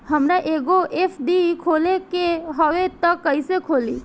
हमरा एगो एफ.डी खोले के हवे त कैसे खुली?